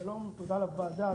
שלום ותודה ליו"ר הוועדה.